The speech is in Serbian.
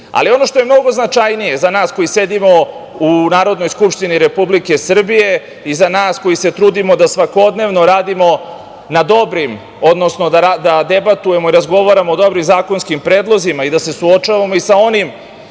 sredine. Ono što je mnogo značajnije za nas koji sedimo u Narodnoj skupštini Republike Srbije i za nas koji se trudimo da svakodnevno radimo na dobrim, odnosno da debatujemo, razgovaramo o dobrim zakonskim predlozima i da se suočavamo i sa onim